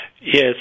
Yes